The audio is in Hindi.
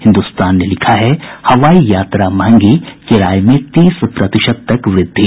हिन्दुस्तान ने लिखा है हवाई यात्रा महंगी किराये में तीस प्रतिशत तक वृद्धि